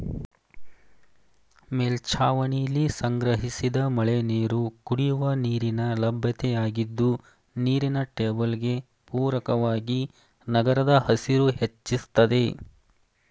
ಮೇಲ್ಛಾವಣಿಲಿ ಸಂಗ್ರಹಿಸಿದ ಮಳೆನೀರು ಕುಡಿಯುವ ನೀರಿನ ಲಭ್ಯತೆಯಾಗಿದ್ದು ನೀರಿನ ಟೇಬಲ್ಗೆ ಪೂರಕವಾಗಿ ನಗರದ ಹಸಿರು ಹೆಚ್ಚಿಸ್ತದೆ